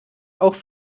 auch